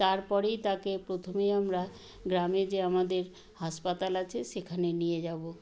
তারপরেই তাকে প্রথমেই আমরা গ্রামে যে আমাদের হাসপাতাল আছে সেখানে নিয়ে যাব